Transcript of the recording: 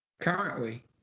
Currently